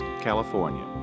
California